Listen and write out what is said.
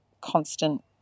constant